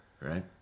right